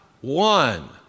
one